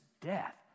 death